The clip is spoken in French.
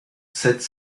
sept